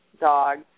dog